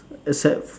except